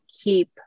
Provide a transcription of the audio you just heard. keep